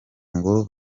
ngo